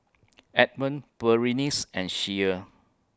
Edmund Berenice and Shea